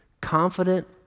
confident